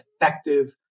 effective